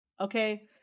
okay